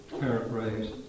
paraphrase